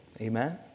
Amen